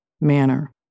manner